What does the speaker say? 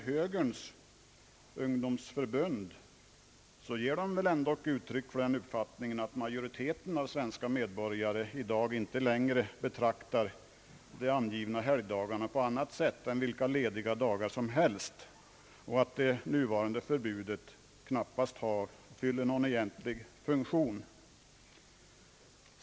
Högerns ungdomsförbund ger väl ändå uttryck för den uppfattningen att majoriteten av de svenska medborgarna inte längre betraktar de angivna helgdagarna på annat sätt än vilka lediga dagar som helst och att det nuvarande förbudet knappast fyller någon egentlig funktion.